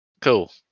Cool